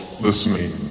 Listening